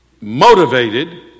motivated